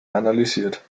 analysiert